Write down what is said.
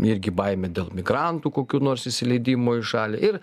irgi baimę dėl migrantų kokių nors įsileidimo į šalį ir